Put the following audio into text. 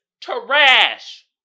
trash